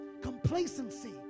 Complacency